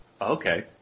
Okay